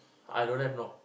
I don't have know